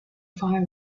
fire